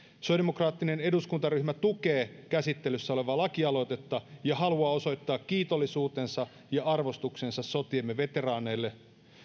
sosiaalidemokraattinen eduskuntaryhmä tukee käsittelyssä olevaa lakialoitetta ja haluaa osoittaa kiitollisuutensa ja arvostuksensa sotiemme veteraaneille